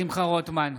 שמחה רוטמן,